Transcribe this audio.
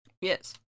yes